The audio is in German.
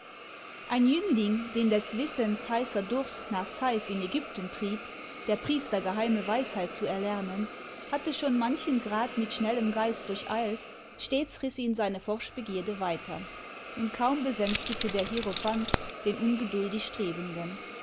ein jüngling den des wissens heißer durst nach sais in ägypten trieb der priester geheime weisheit zu erlernen hatte schon manchen grad mit schnellem geist durcheilt stets riß ihn seine forschbegierde weiter und kaum besänftigte der hierophant den ungeduldig strebenden